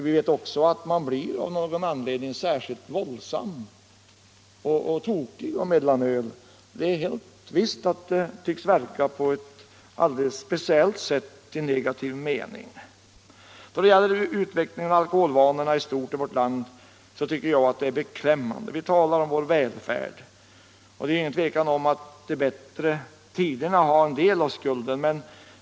Vi vet också att man av någon anledning blir särskilt våldsam och tokig av mellanöl. Det är helt visst att det verkar på ett alldeles speciellt negativt sätt. Utvecklingen av alkoholvanorna i stort i vårt land anser jag vara beklämmande. Vi talar om vår välfärd, och det råder ingen tvekan om att de bättre tiderna bär en del av skulden.